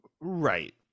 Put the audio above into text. Right